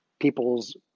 people's